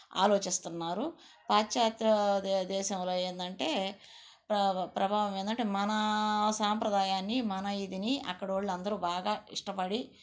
ఆలోచిస్తున్నారు పాశ్చాత్యదేశంలో ఏంటంటే ప్రభావం ఏందంటే మన సాంప్రదాయాన్ని మన ఇదిని అక్కడ వాళ్ళు అందరూ బాగా ఇష్టపడి